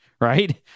right